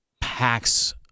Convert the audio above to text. packs